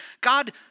God